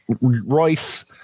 Royce